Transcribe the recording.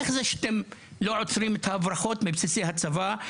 איך זה שאתם לא עוצרים את ההברחות מבסיסי הצבא?